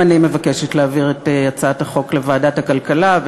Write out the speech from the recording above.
גם אני מבקשת להעביר את הצעת החוק לוועדת הכלכלה,